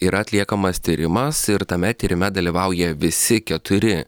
yra atliekamas tyrimas ir tame tyrime dalyvauja visi keturi